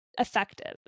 effective